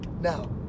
Now